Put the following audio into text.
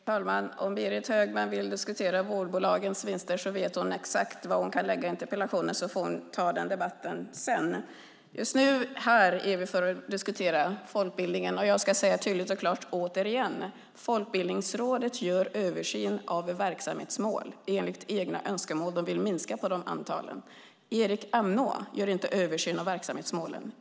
Fru talman! Om Berit Högman vill diskutera vårdbolagens vinster vet hon exakt vem hon kan ställa interpellationen till så att hon kan ta den debatten sedan. Just nu är vi här för att diskutera folkbildningen. Jag ska återigen säga tydligt och klart: Folkbildningsrådet gör en översyn av verksamhetsmålen, enligt egna önskemål för att minska antalet. Erik Amnå gör inte en översyn av verksamhetsmålen.